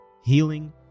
healing